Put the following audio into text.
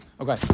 Okay